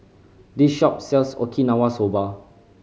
this shop sells Okinawa Soba